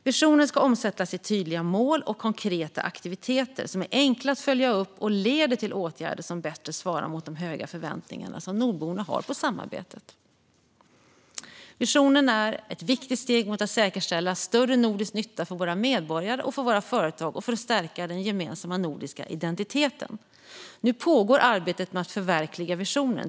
Visionen ska omsättas i tydliga mål och konkreta aktiviteter som är enkla att följa upp och leder till åtgärder som bättre svarar mot de höga förväntningar som nordborna har på samarbetet. Visionen är ett viktigt steg mot att säkerställa större nordisk nytta för våra medborgare och företag och för att stärka den gemensamma nordiska identiteten. Nu pågår arbetet med att förverkliga visionen.